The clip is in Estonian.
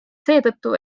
seetõttu